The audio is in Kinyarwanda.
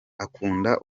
akunda